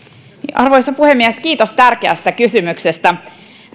arvoisa puhemies kiitos tärkeästä kysymyksestä